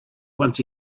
once